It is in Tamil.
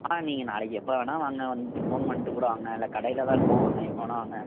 ஆ நீங்கள் நாளைக்கு எப்போ வேணா வாங்க வந்துவிட்டு ஃபோன் பண்ணிட்டுக்கூட வாங்க இல்லை கடையில் தான் இருப்போம் வாங்க எப்போ வேணா வாங்க